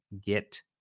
get